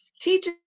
Teachers